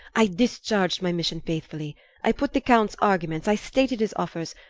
i discharged my mission faithfully i put the count's arguments, i stated his offers,